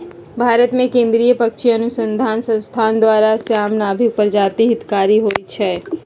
भारतमें केंद्रीय पक्षी अनुसंसधान संस्थान द्वारा, श्याम, नर्भिक प्रजाति हितकारी होइ छइ